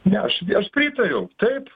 ne aš pritariu taip